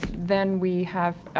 then we have,